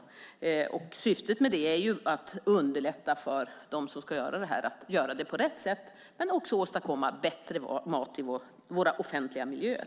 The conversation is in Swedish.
Syftet med det är att underlätta för dem som ska göra det här, så att de gör på rätt sätt, men också att åstadkomma bättre mat i våra offentliga miljöer.